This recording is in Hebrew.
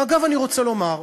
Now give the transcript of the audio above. ואגב, אני רוצה לומר,